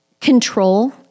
control